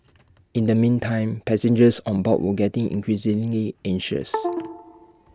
in the meantime passengers on board were getting increasingly anxious